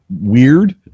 weird